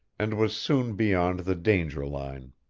and was soon beyond the danger line.